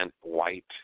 white